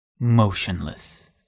Motionless